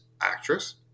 actress